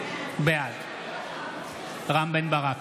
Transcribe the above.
בעד רם בן ברק,